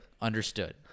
Understood